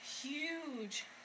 Huge